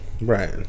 Right